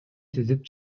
сүзүп